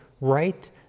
right